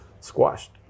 squashed